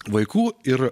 vaikų ir